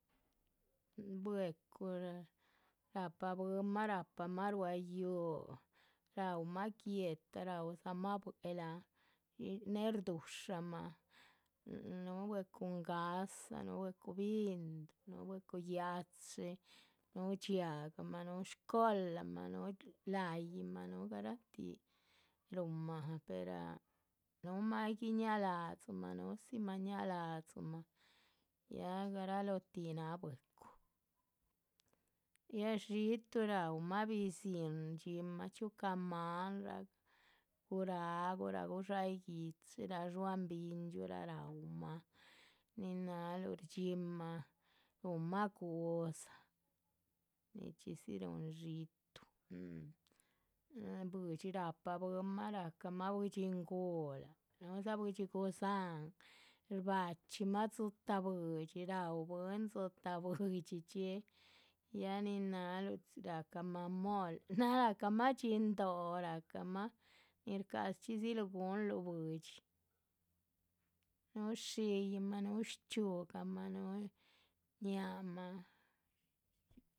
Bwecu rahpa bwínmah rahpamah ruá yuhú, raúmah guéhta, raúdzamah buelah, née shdúshamah úhu bwecu ngáhsa, núhu bwecu binduh, núhu bwecu yáchi, núhu dxiahgamah, núhu shcolamah, núhu la´yihmah, núhu garatuh, ruhunmah pera npuhu aygih ñaládzimah, núhudzimah ñaládzimah, yah garalotih náha bwecu, ya xiitu raúmah bizín. shdxínmah chxíucah máanraa guráhguraa, gudxáyigui´chiraa, ruáhan bindxíuhraa raúmah, nin náhaluh shdxínmah rúhunmah gu´dza, nichxídzi rúhun xiitu, hum, ya buidxi rahpa bwínmah rahcamah buidxi nguhla npuhudza buidxi gudzáhan, shbachximah dzitáh buidxi raú bwín dzitá buidxichxi ya nin náhaluh ráhcamah mole, náh. ráhcamah dhxín dóh rahcahmah, nin shcadxichxidziluh guhunluh buidxi, núhu shiyiih’ma núhu shchxíhugamah, núhu ñáahamah.